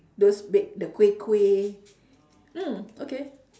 those bake the kuih kuih mm okay